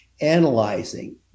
analyzing